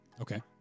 okay